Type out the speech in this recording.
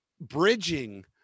bridging